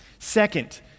Second